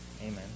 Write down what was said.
Amen